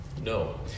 No